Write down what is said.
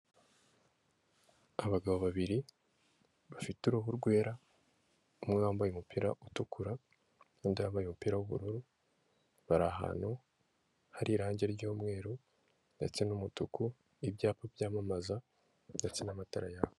Abagabo babiri bafite uruhu rwera, umwe wambaye umupira utukura undi wambaye umupira w'ubururu, bar'ahantu hari irangi ry'umweru ndetse n'umutuku ibyapa byamamaza ndetse n'amatara yaho.